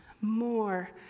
more